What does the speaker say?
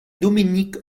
dominique